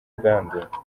ubwandu